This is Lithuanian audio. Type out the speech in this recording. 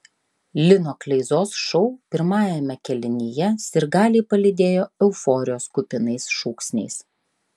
lino kleizos šou pirmajame kėlinyje sirgaliai palydėjo euforijos kupinais šūksniais